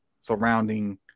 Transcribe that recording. surrounding